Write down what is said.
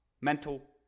Mental